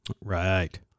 Right